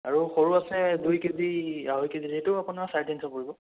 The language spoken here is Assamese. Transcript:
আৰু সৰু আছে দুই কেজি আঢ়ৈ কেজি যিটো আপোনাৰ চাৰে তিনিশ পৰিব